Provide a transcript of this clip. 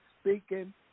speaking